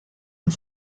and